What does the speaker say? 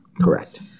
Correct